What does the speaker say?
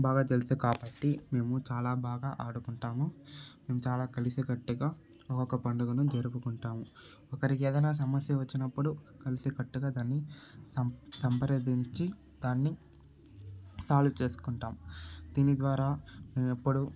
బాగా తెలుసు కాబట్టి మేము చాలా బాగా ఆడుకుంటాము మేము చాలా కలిసికట్టుగా ఒక పండుగను జరుపుకుంటాము ఒకరికి ఏదైనా సమస్య వచ్చినప్పుడు కలిసికట్టుగా దాన్ని సం సంప్రదించి దాన్ని సాల్వ్ చేసుకుంటాం దీని ద్వారా మేము ఎప్పుడు